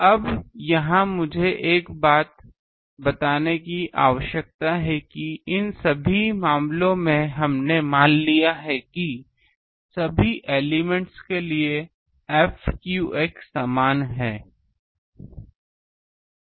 अब यहाँ मुझे एक बात बताने की आवश्यकता है कि इन सभी मामलों में हमने मान लिया है कि सभी एलिमेंट्स के लिए ये f q f समान हैं